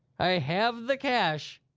i have the cash.